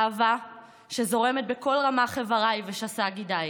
אהבה שזורמת בכל רמ"ח איבריי ושס"ה גידיי,